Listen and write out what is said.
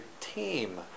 team